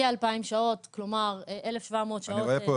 כ-2,000 שעות כלומר 1,700 שעות --- אני רואה פה,